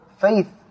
faith